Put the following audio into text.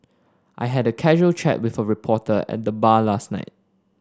I had a casual chat with a reporter at the bar last night